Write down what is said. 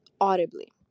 audibly